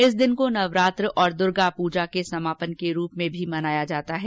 इस दिन को नवरात्र और दुर्गा पूजा के समापन के रूप में भी मनाया जाता है